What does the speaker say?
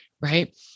right